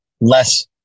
less